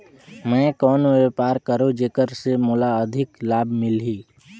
मैं कौन व्यापार करो जेकर से मोला अधिक लाभ मिलही?